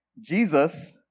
Jesus